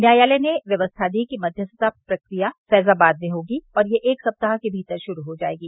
न्यायालय ने व्यवस्था दी कि मध्यस्थता प्रक्रिया फैजाबाद में होगी और यह एक सप्ताह के भीतर शुरू हो जाएगी